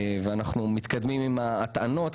אנחנו מתקדמים עם ההטענות.